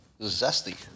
zesty